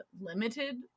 limited